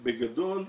בגדול,